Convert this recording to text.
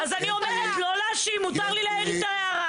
אז אני אומרת לא להאשים, מותר לי להעיר את ההערה.